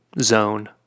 zone